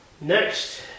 Next